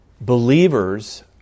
believers